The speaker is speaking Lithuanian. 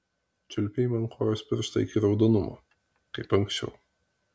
čiulpei man kojos pirštą iki raudonumo kaip anksčiau